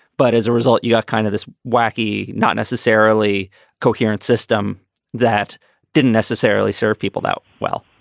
but as a result, you got kind of this wacky, not necessarily coherent system that didn't necessarily serve people now well,